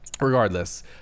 regardless